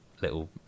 little